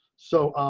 so,